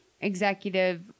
executive